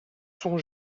sont